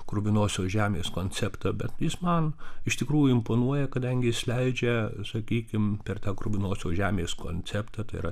kruvinosios žemės konceptą bet jis man iš tikrųjų imponuoja kadangi jis leidžia sakykim per tą kruvinosios žemės konceptą tai yra